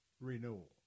renewal